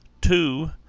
Two